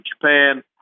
Japan